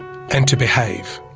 and to behave.